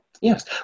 yes